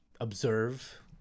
observe